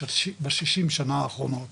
בשישים שנה האחרונות